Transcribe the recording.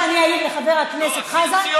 במקום שאני אעיר לחבר הכנסת חזן,